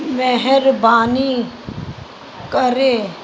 महिरबानी करे